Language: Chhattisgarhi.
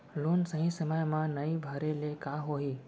लोन सही समय मा नई भरे ले का होही?